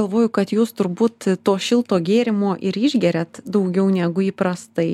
galvoju kad jūs turbūt to šilto gėrimo ir išgeriat daugiau negu įprastai